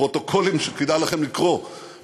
בפרוטוקולים שכדאי לכם לקרוא,